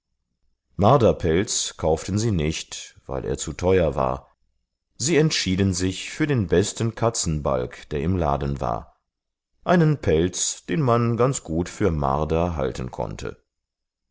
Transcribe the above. marderpelz kauften sie nicht weil er zu teuer war sie entschieden sich für den besten katzenbalg der im laden war einen pelz den man ganz gut für marder halten konnte